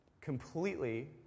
completely